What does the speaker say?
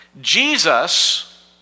Jesus